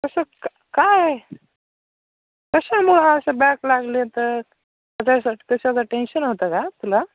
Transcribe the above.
कसं का काय कशामुळं हा असा बॅक लागले तर कसंं कशाचं टेन्शन होतं का तुला